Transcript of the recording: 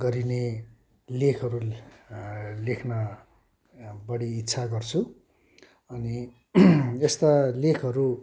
गरिने लेखहरू लेख्न बढी इच्छा गर्छु अनि यस्ता लेखहरू